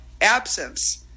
Absence